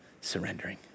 surrendering